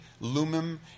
Lumim